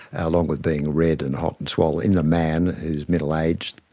along with being red and hot and swollen, in the man who's middle-aged,